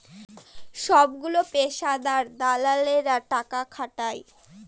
সবগুলো পেশাদার দালালেরা টাকা খাটায়